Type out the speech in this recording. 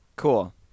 Cool